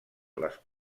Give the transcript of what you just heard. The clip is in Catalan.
les